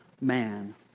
man